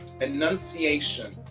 enunciation